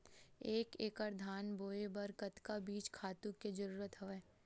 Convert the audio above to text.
एक एकड़ धान बोय बर कतका बीज खातु के जरूरत हवय?